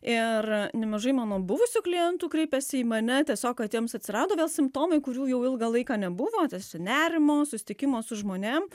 ir nemažai mano buvusių klientų kreipėsi į mane tiesiog kad jiems atsirado vėl simptomai kurių jau ilgą laiką nebuvo tai su nerimu susitikimo su žmonėm